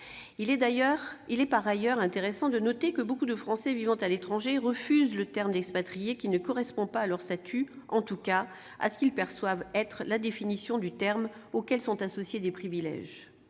Il est par ailleurs intéressant de noter que nombre de Français vivant à l'étranger refusent le terme d'expatriés, ... C'est vrai !... qui ne correspond pas à leur statut, en tout cas à ce qu'ils perçoivent être la définition de ce terme auquel sont associés des privilèges.